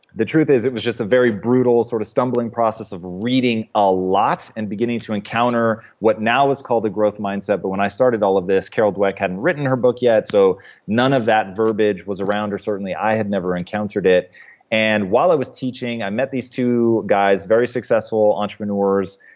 the truth is, it was just a very brutal sort of stumbling process of reading a lot, and beginning to encounter what now is called a growth mindset, but when i started all of this, carol dweck hadn't written her book yet, so none of that verbage was around, or certainly i had never encountered it and while i was teaching, i met these two guys, very successful entrepreneurs.